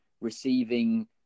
receiving